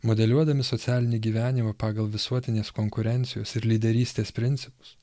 modeliuodami socialinį gyvenimą pagal visuotinės konkurencijos ir lyderystės principus